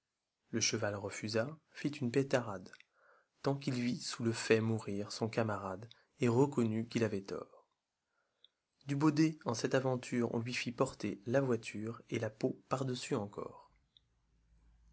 le cheval refusa lit une pétarade tant qu'il vit sous le faix mourir son camarade et reconnut qu'il avait tort bu baudet en cette aventure on lui fît porter la voiture et la peau par-dessus encor